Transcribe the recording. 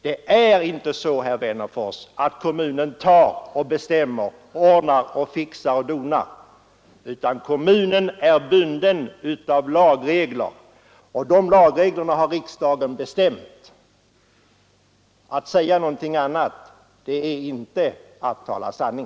Det är inte så, herr Wennerfors, att kommunen tar och bestämmer och ordnar och fixar och donar, utan kommunen är bunden av lagregler och de lagreglerna har riksdagen bestämt. Att påstå något annat är inte att tala sanning.